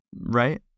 Right